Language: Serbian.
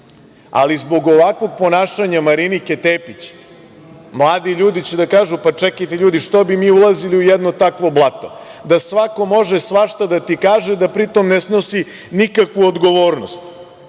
ali zbog ovakvog ponašanja Marinike Tepić mladi ljudi će da kažu – čekajte, što bi mi ulazili u jedno takvo blato, da svako može svašta da ti kaže, a da pri tome ne snosi nikakvu odgovornost?